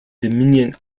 dominion